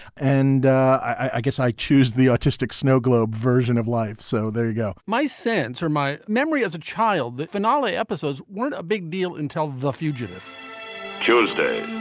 and i guess i choose the autistic snow globe version of life. so there you go my sense or my memory as a child, that finale episodes weren't a big deal until the fugitive tuesday,